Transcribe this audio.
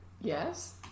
Yes